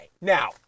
now